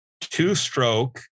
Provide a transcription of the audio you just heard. two-stroke